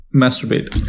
masturbate